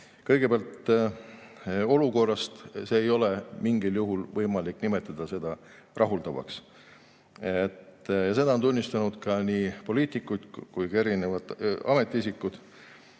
Kõigepealt olukorrast. Ei ole mingil juhul võimalik nimetada seda rahuldavaks, seda on tunnistanud nii poliitikud kui ka erinevad ametiisikud.